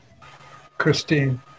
christine